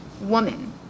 woman